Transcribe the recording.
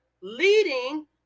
leading